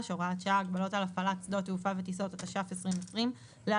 (הוראת שעה) (הגבלות על הפעלת שדות תעופה וטיסות) התש"ף 2020 (להלן,